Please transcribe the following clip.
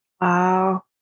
Wow